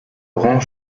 rend